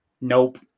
nope